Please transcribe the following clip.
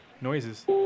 Noises